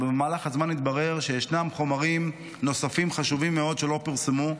ובמהלך הזמן התברר שישנם חומרים נוספים חשובים מאוד שלא פורסמו,